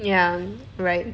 ya right